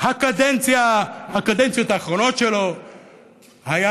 הקדנציות האחרונות שלו היה